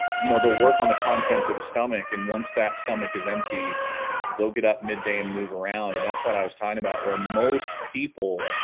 you know they'll work on the contents of the stomach and once that stomach is empty they'll get up midday and move around and that's why i was tying about where most people